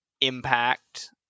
impact